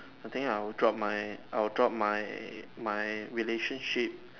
I think I would drop my I would drop my my relationship